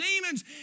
demons